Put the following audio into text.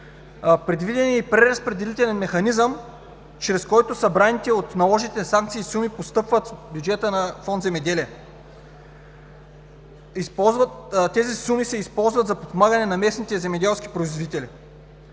Предвиден е и преразпределителен механизъм, чрез който събраните от наложените санкции суми постъпват в бюджета на Фонд „Земеделие“. Тези суми се използват за подпомагане на местните земеделски производители.